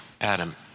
Adam